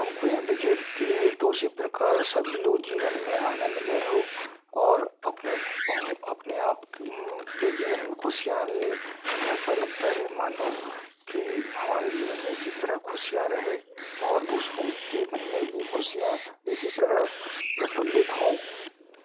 पंखुड़ियाँ बिखेरती हैं तो उसी प्रकार सभी लोग जीवन में आनंदमय हों और अपने को अपने आप के जीवन में खुशियाँ आन ले ऐसा लगता है मानो कि हमारे जीवन में इसी तरह ख़ुशियाँ रहे और दूसरों के मन में भी खुशियाँ इसी तरह प्रफुल्लित हो